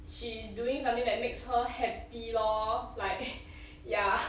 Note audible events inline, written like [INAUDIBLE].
she is doing something that makes her happy lor like [BREATH] ya